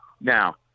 Now